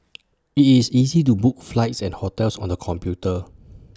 IT is easy to book flights and hotels on the computer